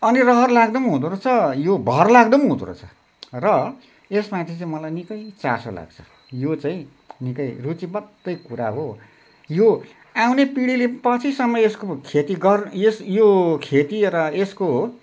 अनि रहर लाग्दो पनि हुँदोरहेछ यो भरलाग्दो पनि हुँदोरहेछ र यसमाथि चाहिँ मलाई निकै चासो लाग्छ यो चाहिँ निकै रुचिबद्धै कुरा हो यो आउने पिँढीले पछिसम्म यसको खेती गर यस यो खेती र यसको